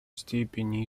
степени